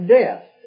death